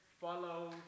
follow